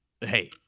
Hey